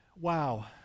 Wow